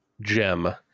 gem